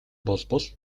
болбол